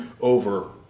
over